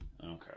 Okay